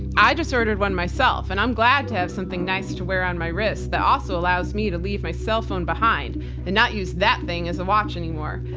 i just ordered one myself, and i'm glad to have something nice to wear on my wrist that also allows me to leave my cell phone behind and not use that thing as a watch anymore.